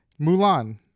Mulan